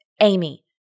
Amy